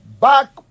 back